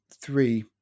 three